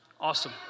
Awesome